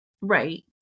Right